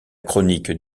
chronique